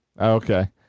Okay